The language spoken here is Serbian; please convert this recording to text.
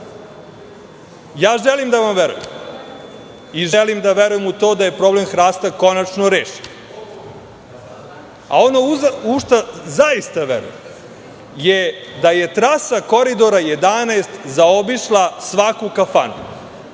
Ja želim da vam verujem i želim da verujem u to da je problem hrasta konačno rešen. A ono u šta zaista verujem je da je trasa Koridora 11 zaobišla svaku kafanu.